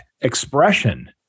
expression